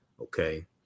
Okay